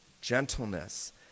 gentleness